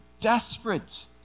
desperate